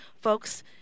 Folks